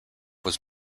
was